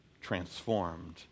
transformed